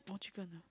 more chicken ah